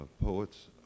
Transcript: poets